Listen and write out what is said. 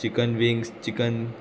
chicken wings chicken